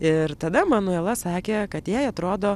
ir tada manuela sakė kad jai atrodo